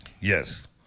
Yes